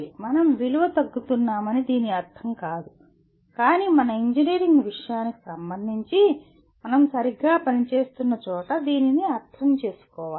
మనం విలువ తగ్గుతున్నామని దీని అర్థం కాదు కాని మన ఇంజనీరింగ్ విషయానికి సంబంధించి మనం సరిగ్గా పనిచేస్తున్న చోట దీనిని అర్థం చేసుకోవాలి